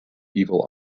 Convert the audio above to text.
evil